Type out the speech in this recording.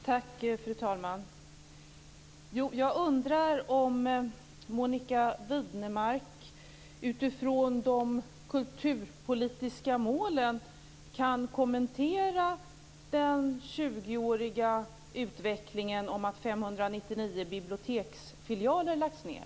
Fru talman! Jag undrar om Monica Widnemark utifrån de kulturpolitiska målen kan kommentera den 20-åriga utvecklingen som har inneburit att 599 biblioteksfilialer har lagts ned?